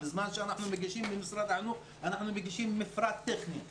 בזמן שאנחנו מגישים למשרד החינוך אנחנו מגישים מפרט טכני.